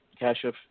Kashif